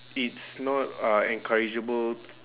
it's not uh encourageable